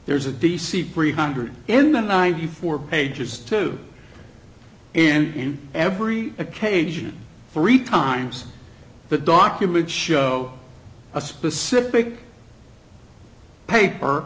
there's a d c pre hundred in the ninety four pages to and in every occasion three times but documents show a specific paper